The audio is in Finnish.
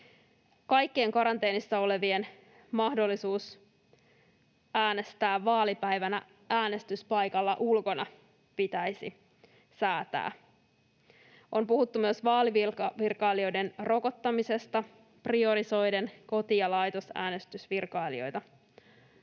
Kaikkien karanteenissa olevien mahdollisuudesta äänestää vaalipäivänä äänestyspaikalla ulkona pitäisi säätää. On puhuttu myös vaalivirkailijoiden rokottamisesta priorisoiden koti- ja laitosäänestysvirkailijoita.